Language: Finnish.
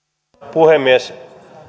puhemies